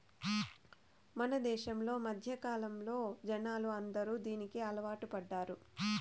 మన దేశంలో మధ్యకాలంలో జనాలు అందరూ దీనికి అలవాటు పడ్డారు